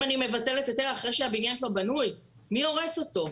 אם אני מבטלת היתר אחרי שהבניין כבר בנוי מי הורס אותו?